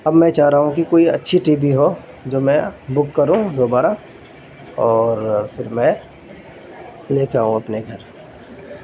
اب میں چاہ رہا ہوں کہ کوئی اچھی ٹی وی ہو جو میں بک کروں دوبارہ اور پھر میں لے کے آؤں اپنے گھر